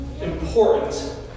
important